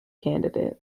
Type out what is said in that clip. candidate